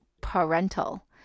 parental